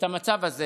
את המצב הזה